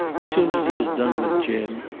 as soon as he has done with jim,